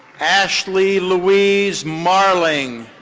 ashley louise marling.